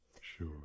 Sure